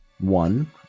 One